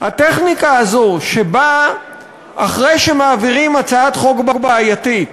הטכניקה הזאת, שבה אחרי שמעבירים הצעת חוק בעייתית